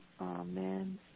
Amen